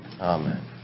Amen